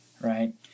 right